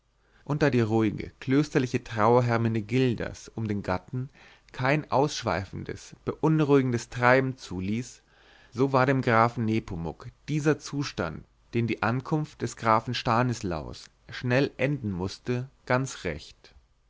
und da die ruhige klösterliche trauer hermenegildas um den gatten kein ausschweifendes beunruhigendes treiben zuließ so war dem grafen nepomuk dieser zustand den die ankunft des grafen stanislaus schnell enden mußte ganz recht